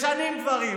משנים דברים,